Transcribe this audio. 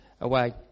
away